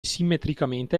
simmetricamente